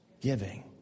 giving